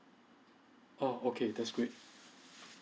oh okay that's great